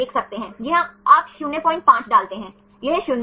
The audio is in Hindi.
अनुमत घुमावों की संभावना और अस्वीकृत जीएन रामचंद्रन को समझने के लिए सही